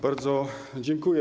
Bardzo dziękuję.